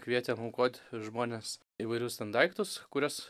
kvietėm aukot žmones įvairius ten daiktus kuriuos